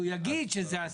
שהוא יגיד שזו הסיבה.